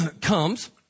comes